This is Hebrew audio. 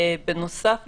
בנוסף,